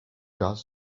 does